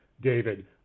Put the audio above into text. David